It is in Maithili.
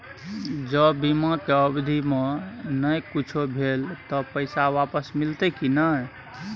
ज बीमा के अवधि म नय कुछो भेल त पैसा वापस मिलते की नय?